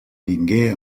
vingué